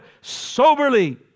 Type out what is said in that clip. soberly